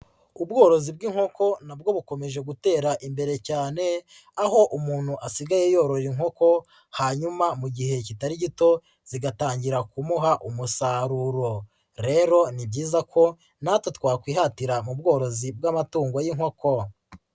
Ubworozi bw'inkoko na bwo bukomeje gutera imbere cyane aho umuntu asigaye yorora inkoko hanyuma mu gihe kitari gito zigatangira kumuha umusaruro, rero ni byiza ko natwe twakwihatira mu bworozi bw'amatungo y'inkoko.